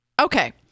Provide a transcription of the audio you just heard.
okay